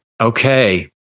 Okay